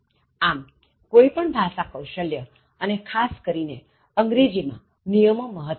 આમકોઇ પણ ભાષા કૌશલ્ય અને ખાસ કરી ને અંગ્રેજી માં નિયમો મહત્વના છે